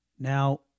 Now